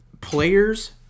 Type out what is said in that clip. Players